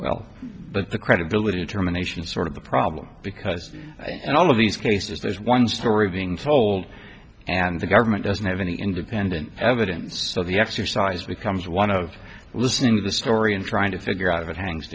well but the credibility terminations sort of the problem because in all of these cases there's one story being told and the government doesn't have any independent evidence so the exercise becomes one of listening to the story and trying to figure out of it hangs